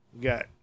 got